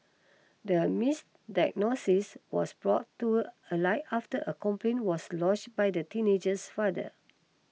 the misdiagnosis was brought to a light after a complaint was lodged by the teenager's father